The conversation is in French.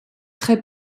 très